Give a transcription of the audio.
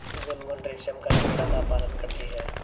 गुनगुन रेशम का कीड़ा का पालन करती है